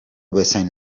bezain